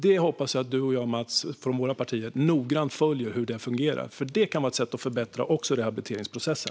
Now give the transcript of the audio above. Jag hoppas att du och jag, Mats, från våra respektive partier noggrant följer hur detta fungerar, för det kan vara ett sätt att förbättra rehabiliteringsprocessen.